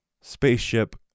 spaceship